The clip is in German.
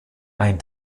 ein